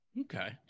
Okay